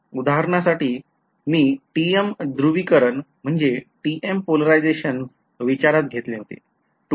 उदाहरणासाठी मी TM ध्रुवीकरण विचारात घेतले होते